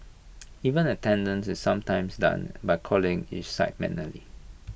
even attendance is sometimes done by calling each site manually